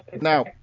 now